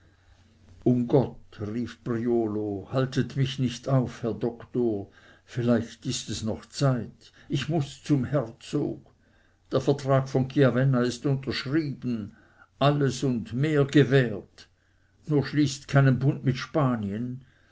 um gott rief priolo haltet mich nicht auf herr doktor vielleicht ist es noch zeit ich muß zum herzog der vertrag von chiavenna ist unterschrieben alles und mehr gewährt nur schließt keinen bund mit spanien